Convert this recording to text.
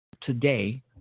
today